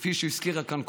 כפי שהזכירו כאן קודם,